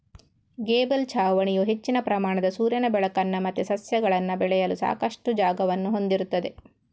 gable ಛಾವಣಿಯು ಹೆಚ್ಚಿನ ಪ್ರಮಾಣದ ಸೂರ್ಯನ ಬೆಳಕನ್ನ ಮತ್ತೆ ಸಸ್ಯಗಳನ್ನ ಬೆಳೆಯಲು ಸಾಕಷ್ಟು ಜಾಗವನ್ನ ಹೊಂದಿರ್ತದೆ